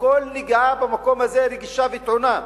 וכל נגיעה במקום הזה רגישה וטעונה.